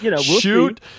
shoot